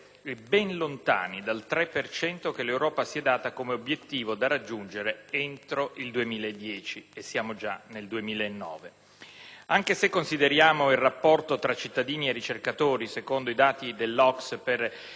ben lontani dal 3 per cento che l'Europa si è data come obiettivo da raggiungere entro il 2010 (e siamo già nel 2009). Anche se consideriamo il rapporto tra cittadini e ricercatori, secondo i dati dell'OCSE per